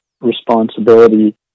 responsibility